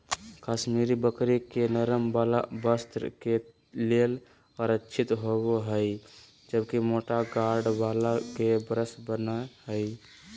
कश्मीरी बकरी के नरम वाल वस्त्र के लेल आरक्षित होव हई, जबकि मोटा गार्ड वाल के ब्रश बन हय